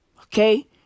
Okay